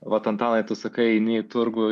vat antanai tu sakai eini į turgų